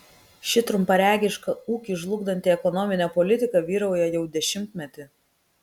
ši trumparegiška ūkį žlugdanti ekonominė politika vyrauja jau dešimtmetį